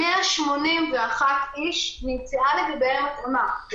181 איש נמצאה לגביהם התאמה.